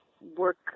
work